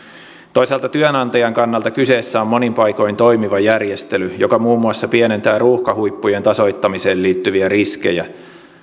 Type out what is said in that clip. toisaalta työnantajan kannalta kyseessä on monin paikoin toimiva järjestely joka muun muassa pienentää ruuhkahuippujen tasoittamiseen liittyviä riskejä